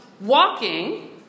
walking